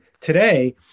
today